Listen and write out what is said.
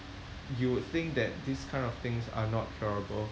you would think that this kind of things are not curable